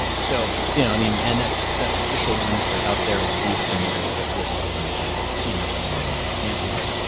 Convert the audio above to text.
so you know i mean, and that's that's official ones that are out there, released and that are like listed on the cni and website as examples.